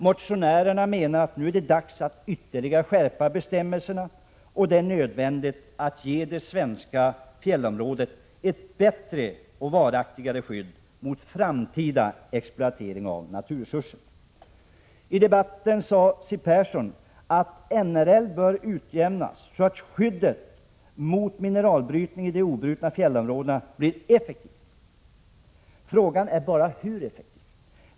Motionärerna — 22 april 1987 menar att det nu är dags att ytterligare skärpa bestämmelserna och att det är I debatten sade Siw Persson att NRL bör utjämnas så att skyddet mot mineralbrytning i de obrutna fjällområdena blir effektivt. Frågan är bara hur effektivt.